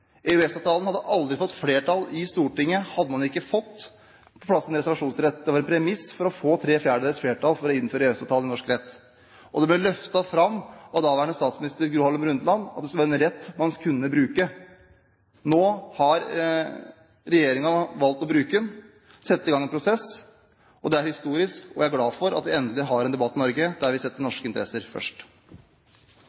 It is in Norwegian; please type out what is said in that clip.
hadde aldri fått flertall i Stortinget hadde man ikke fått på plass en reservasjonsrett. Det var en premiss for å få tre fjerdedels flertall for å innføre EØS-avtalen i norsk rett. Det ble løftet fram av daværende statsminister Gro Harlem Brundtland at det skulle være en rett man kunne bruke. Nå har regjeringen valgt å bruke den, sette i gang en prosess. Det er historisk, og jeg er glad for at vi endelig har en debatt i Norge der vi setter